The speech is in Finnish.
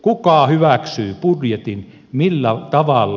kuka hyväksyy budjetin millä tavalla